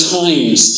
times